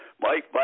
Mike